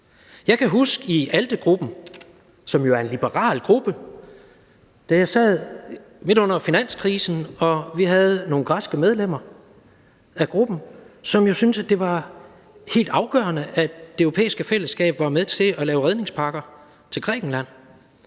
sad i ALDE-gruppen, som jo er en liberal gruppe, og vi havde nogle grækere i gruppen, som syntes, at det var helt afgørende, at Det Europæiske Fællesskab var med til at lave redningspakker til Grækenland.